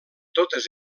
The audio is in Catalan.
totes